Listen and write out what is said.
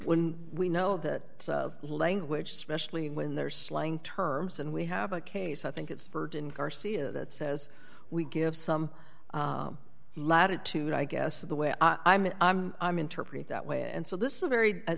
when we know that language especially when they're slang terms and we have a case i think it's virgin garcia that says we give some latitude i guess the way i mean i'm interpreted that way and so this is a very